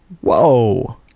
Whoa